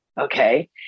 Okay